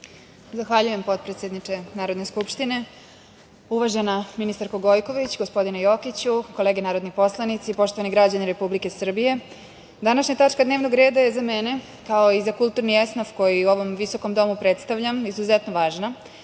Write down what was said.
Zahvaljujem, potpredsedniče Narodne skupštine. Uvažena ministarko Gojković, gospodine Jokiću, kolege narodni poslanici, poštovani građani Republike Srbije, današnja tačka dnevnog reda je za mene, kao i za kulturni esnaf koji u ovom visokom domu predstavljam, izuzetno važna,